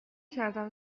کردم